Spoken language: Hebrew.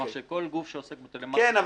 כלומר שכל גוף שעוסק בטלמרקטינג --- יש להם הקלטה,